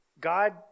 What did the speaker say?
God